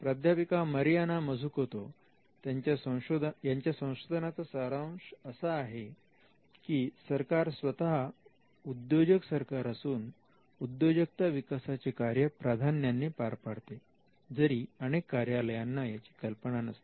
प्राध्यापिका Mariana Mazzucato त्यांच्या संशोधनाचा सारांश असा आहे की सरकार स्वतः उद्योजक सरकार असून उद्योजकता विकासाचे कार्य प्राधान्याने पार पाडते जरी अनेक कार्यालयांना याची कल्पना नसते